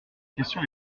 question